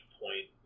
point